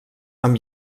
amb